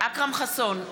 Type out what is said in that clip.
אכרם חסון,